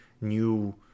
new